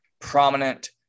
prominent